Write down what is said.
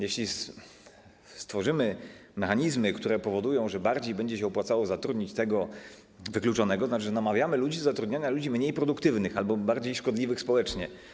Jeśli stworzymy mechanizmy, które spowodują, że bardziej będzie się opłacało zatrudnić tego wykluczonego, to będzie znaczyło, że namawiamy ludzi do zatrudniania osób mniej produktywnych albo bardziej szkodliwych społecznie.